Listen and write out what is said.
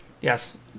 Yes